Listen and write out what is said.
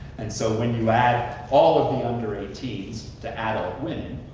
and so when you add all of the under eighteen s to adult women,